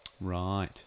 Right